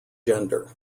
gender